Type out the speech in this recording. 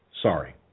Sorry